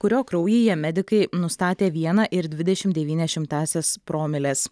kurio kraujyje medikai nustatė vieną ir dvidešimt devynias šimtąsias promilės